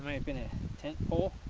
i mean a tent pole,